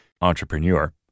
Entrepreneur